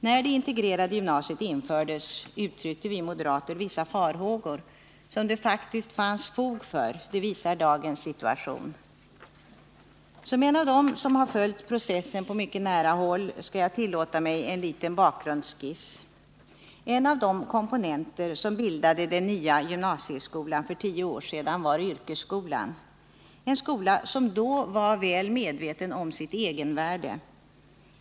När det integrerade gymnasiet infördes uttryckte vi moderater vissa farhågor, som det faktiskt fanns fog för — det visar dagens situation. Som en av dem som har följt processen på nära håll skall jag tillåta mig en liten bakgrundsskiss. En av de komponenter som bildade den nya gymnasieskolan för tio år sedan var yrkesskolan, en skola som då var väl medveten om sitt egenvärde.